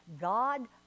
God